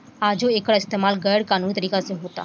आजो एकर इस्तमाल गैर कानूनी तरीका से होता